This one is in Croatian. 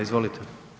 Izvolite.